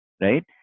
right